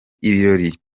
ibirori